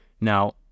Now